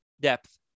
depth